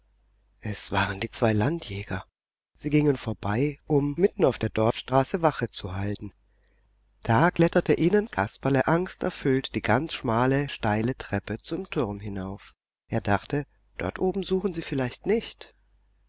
es waren die zwei landjäger sie gingen vorbei um mitten auf der dorfstraße wache zu halten da kletterte innen kasperle angsterfüllt die ganz schmale steile treppe zum turm hinauf er dachte dort oben suchen sie vielleicht nicht